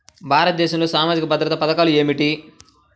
భారతదేశంలో సామాజిక భద్రతా పథకాలు ఏమిటీ?